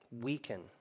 weaken